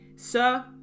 sir